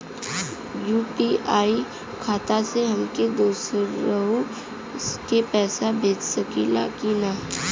UPI खाता से हम दुसरहु के पैसा भेज सकीला की ना?